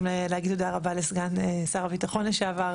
להגיד תודה רבה לסגן שר הביטחון לשעבר,